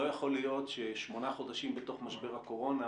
לא יכול להיות ששמונה חודשים בתוך משבר הקורונה